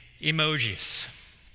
emojis